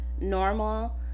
normal